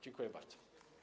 Dziękuję bardzo.